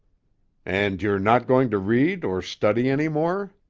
and you're not going to read or study any more?